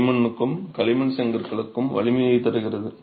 களிமண்ணுக்கும் களிமண் செங்கற்களுக்கும் வலிமையை தருகிறது